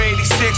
86